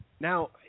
Now